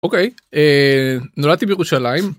אוקיי נולדתי בירושלים.